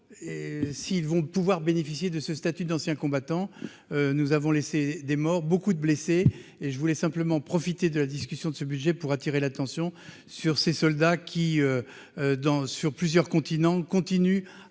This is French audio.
et s'ils vont pouvoir bénéficier de ce statut d'anciens combattants, nous avons laissé des morts, beaucoup de blessés et je voulais simplement profiter de la discussion de ce budget pour attirer l'attention sur ses soldats qui dans sur plusieurs continents, continue